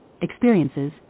experiences